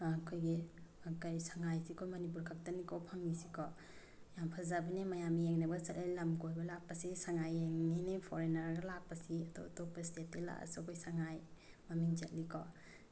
ꯑꯩꯈꯣꯏꯒꯤ ꯀꯔꯤ ꯁꯉꯥꯏꯁꯦ ꯑꯩꯈꯣꯏ ꯃꯅꯤꯄꯨꯔ ꯈꯛꯇꯅꯤꯀꯣ ꯐꯪꯉꯤꯁꯤꯀꯣ ꯌꯥꯝ ꯐꯖꯕꯅꯦ ꯃꯌꯥꯝ ꯌꯦꯡꯅꯕꯒ ꯆꯠꯂꯦ ꯂꯝ ꯀꯣꯏꯕ ꯂꯥꯛꯄꯁꯦ ꯁꯉꯥꯏ ꯌꯦꯡꯅꯤꯡꯉꯤꯅꯤ ꯐꯣꯔꯦꯟꯅꯔꯒ ꯂꯥꯛꯄꯁꯤ ꯑꯗꯣ ꯑꯇꯣꯞꯄ ꯏꯁꯇꯦꯠꯇꯒꯤ ꯂꯥꯛꯑꯁꯨ ꯑꯩꯈꯣꯏ ꯁꯉꯥꯏ ꯃꯃꯤꯡ ꯆꯠꯂꯤꯀꯣ